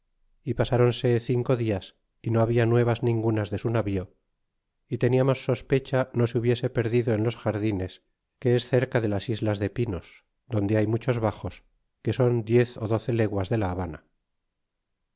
y pasáronse cinco dias y no habla nuevas ningunas de su navío y teníamos sospecha no se hubiese perdido en los jardines que es cerca de las islas de pinos donde hay muchos baxos que son diez i doce leguas de la habana